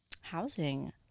housing